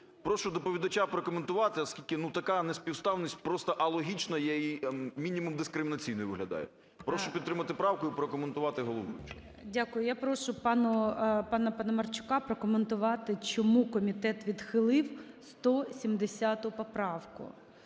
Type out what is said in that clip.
Прошу доповідача прокоментувати, оскільки, ну, таканеспівставність просто алогічна є і мінімум дискримінаційною виглядає. Прошу підтримати правку і прокоментувати головуючого. ГОЛОВУЮЧИЙ. Дякую. Я прошу пану… пана Паламарчука прокоментувати чому комітет відхилив 170 поправку,